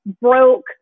broke